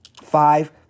five